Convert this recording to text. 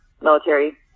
military